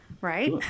right